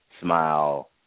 smile